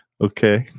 Okay